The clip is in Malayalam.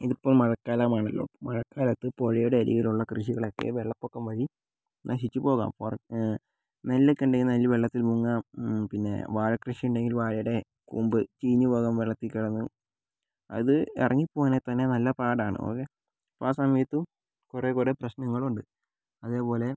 ഇതിപ്പം മഴക്കാലമാണല്ലോ മഴക്കാലത്ത് പുഴയുടെ അരികിലുള്ള കൃഷികളൊക്കെ വെള്ളപ്പൊക്കം വഴി നശിച്ചുപോകാം ഫോർ എ നെല്ല് ഒക്കെയുണ്ടെങ്കിൽ നെല്ല് വെള്ളത്തിൽ മുങ്ങാം പിന്നെ വാഴക്കൃഷി ഉണ്ടെങ്കിൽ വാഴയുടെ കൂമ്പ് ചീഞ്ഞുപോകാം വെള്ളത്തിൽ കിടന്ന് അത് ഇറങ്ങി പോവണമെങ്കിൽ തന്നെ നല്ല പാട് ആണ് ഓക്കെ അപ്പോൾ ആ സമയത്തും കുറേ കുറേ പ്രശ്നങ്ങളുണ്ട് അതേപോലെ